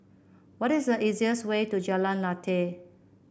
what is the easiest way to Jalan Lateh